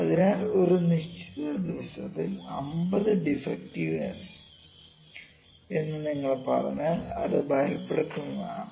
അതിനാൽ ഒരു നിശ്ചിത ദിവസത്തിൽ 50 ഡിഫെക്ടിവ്സ് എന്ന് നിങ്ങൾ പറഞ്ഞാൽ അത് ഭയപ്പെടുത്തുന്നതാണ്